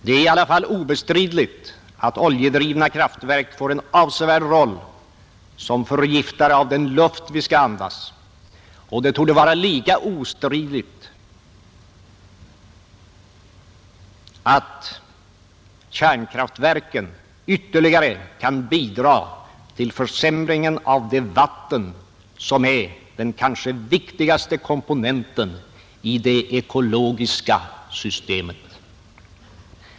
Det är i alla fall obestridligt att oljedrivna kraftverk får en avsevärd roll som förgiftare av den luft vi skall andas, och det torde vara lika ostridigt att kärnkraftverken ytterligare kan bidra till försämringen av det vatten som är den kanske viktigaste komponenten i det ekologiska systemet.